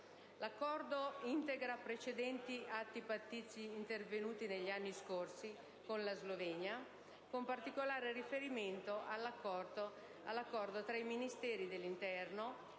L'Accordo integra precedenti atti pattizi intervenuti negli anni scorsi con la Slovenia, con particolare riferimento all'accordo tra i Ministeri dell'interno